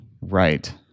right